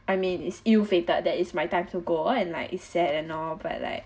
I mean it's ill fated that it's my time to go all and like it's sad and all but like